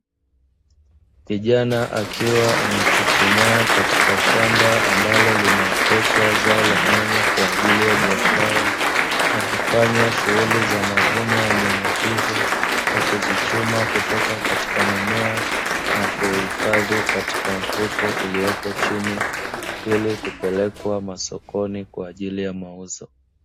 Kijana akiwa amechuchumaa katika shamba ambalo linaoteshwa zao la nyanya kwa ajili ya biashara, akifanya shughuli za mavuno ya nyanya hizo, kwa kuzichuma kutoka katika mimea, na kuhifadhi katika mfuko uliopo chini, ili kupelekwa masokoni kwa ajili ya mauzo.